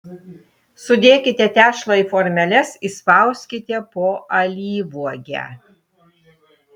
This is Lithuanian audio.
sudėkite tešlą į formeles įspauskite po alyvuogę